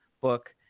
book